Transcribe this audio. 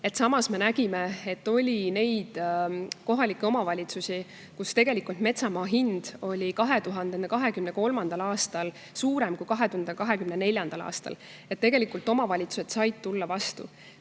Samas me teame, et on neid kohalikke omavalitsusi, kus tegelikult metsamaa hind oli 2023. aastal kõrgem kui 2024. aastal. Tegelikult omavalitsused said tulla vastu. Miks